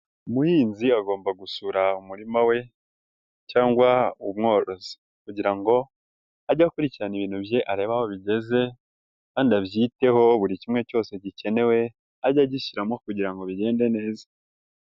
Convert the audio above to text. Umuhinzi agomba gusura umurima we cyangwa umworozi kugira ngo ajye akurikirana ibintu bye areba aho bigeze kandi abyiteho buri kimwe cyose gikenewe, ajye agishyiramo kugira ngo bigende neza.